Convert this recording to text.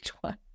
one